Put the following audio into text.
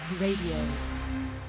Radio